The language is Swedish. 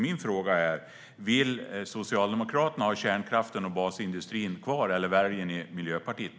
Min fråga är: Vill Socialdemokraterna ha kärnkraften och basindustrin kvar, eller väljer ni Miljöpartiet?